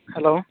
hello